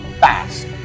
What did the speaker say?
fast